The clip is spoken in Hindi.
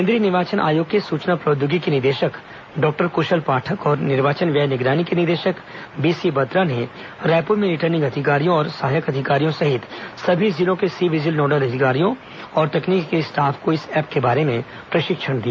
केन्द्रीय निर्वाचन आयोग के सूचना प्रौद्योगिकी निदेशक डॉक्टर कशल पाठक और निर्वाचन व्यय निगरानी के निदेशक बीसी बत्रा ने रायपुर में रिटर्निंग अधिकारियों और सहायक अधिकारियों सहित सभी जिलों के सी विजिल नोडल अधिकारियों और तकनीकी स्टाफ को इस एप के बारे में प्रशिक्षण दिया